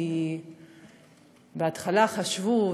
כי בהתחלה חשבו,